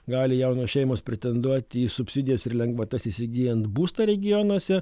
gali jaunos šeimos pretenduoti į subsidijas ir lengvatas įsigyjant būstą regionuose